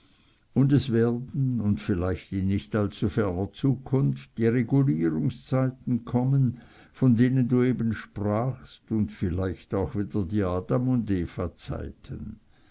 und es werden und vielleicht in nicht allzu ferner zukunft die regulierungszeiten kommen von denen du eben sprachst und vielleicht auch wieder die adam und eva zeiten und sie